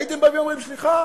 הייתם באים ואומרים, סליחה,